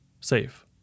safe